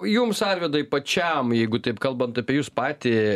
jums arvydai pačiam jeigu taip kalbant apie jus patį